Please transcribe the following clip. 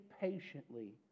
patiently